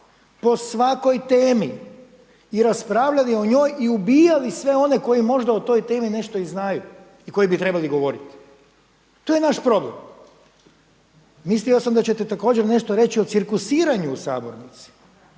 po svakoj temi i raspravljali o njoj i ubijali sve one koji možda o toj temi nešto i znaju i koji bi trebali govoriti, to je naš problem. Mislio sam da ćete također nešto reći o cirkusiranju u sabornici